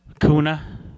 Kuna